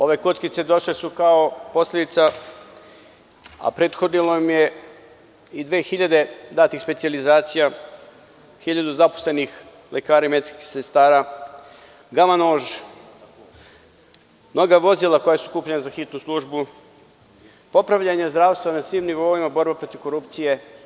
Ove kockice došle su kao posledica, a prethodilo im je i 2000 datih specijalizacija, 1000 zaposlenih lekara i medicinskih sestara, „Gama nož“, mnoga vozila koja su kupljena za hitnu službu, popravljanje zdravstva na svim nivoima, borba protiv korupcije.